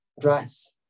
drives